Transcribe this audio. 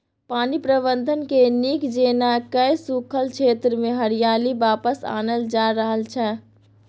पानि प्रबंधनकेँ नीक जेना कए सूखल क्षेत्रमे हरियाली वापस आनल जा रहल छै